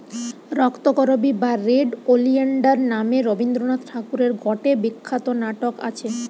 রক্তকরবী বা red oleander নামে রবীন্দ্রনাথ ঠাকুরের গটে বিখ্যাত নাটক আছে